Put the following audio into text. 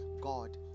God